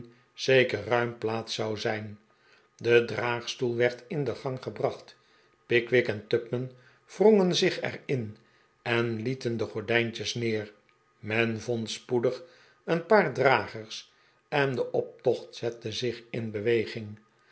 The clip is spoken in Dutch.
zeker ruim plaats zou zijn de draagstoel werd in de gang gebracht pickwick en tupman wrongen zich er in en lieten de gordijntjes neer men vond spoedig een paar dragers en de optocht zette zich in beweging